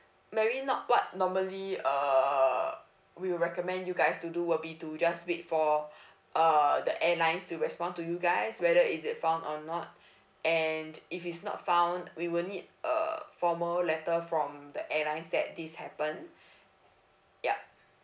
mary not what normally err we will recommend you guys to do will be to just wait for err the airlines to respond to you guys whether is it found or not and if it's not found we will need a formal letter from the airlines that this happened yup